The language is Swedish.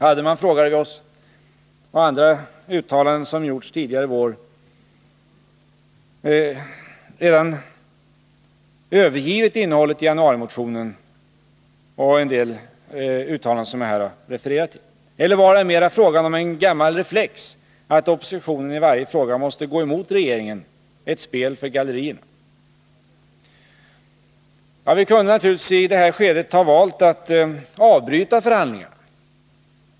Hade man, frågade vi oss, redan övergivit innehållet i januarimotionen och andra uttalanden som gjorts tidigare i vår, eller var det mera fråga om en gammal reflex, att oppositionen i varje fråga måste gå emot regeringen, ett spel för gallerierna? Vi kunde naturligtvis i det här skedet ha valt att avbryta förhandlingarna.